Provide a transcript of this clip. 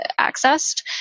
accessed